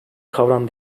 kavram